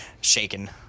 Shaken